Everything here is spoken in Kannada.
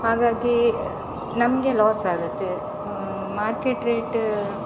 ಹಾಗಾಗಿ ನಮಗೆ ಲಾಸಾಗುತ್ತೆ ಮಾರ್ಕೆಟ್ ರೇಟ